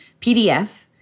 PDF